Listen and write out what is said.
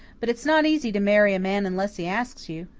but it's not easy to marry a man unless he asks you.